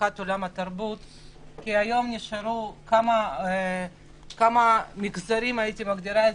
פתיחת עולם התרבות כי היום כמה מגזרים נשארו סגורים,